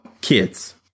Kids